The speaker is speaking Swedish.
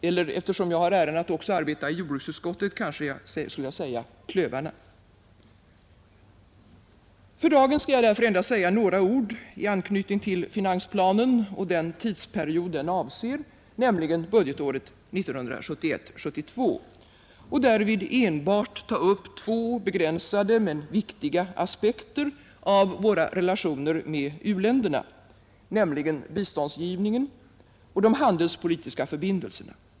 Eller eftersom jag har äran att också arbeta i jordbruksutskottet kanske jag skulle säga: klövarna. För dagen skall jag därför endast säga några ord i anknytning till finansplanen och den tidsperiod den avser, alltså budgetåret 1971/72, och därvid enbart ta upp två begränsade men viktiga aspekter av våra relationer med u-länderna, nämligen biståndsgivningen och de handelspolitiska förbindelserna.